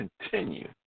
continue